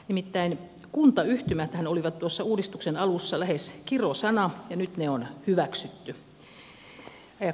nimittäin kuntayhtymäthän olivat tuossa uudistuksen alussa lähes kirosana ja nyt ne on hyväksytty